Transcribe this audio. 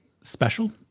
special